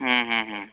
হুম হুম হুম